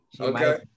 Okay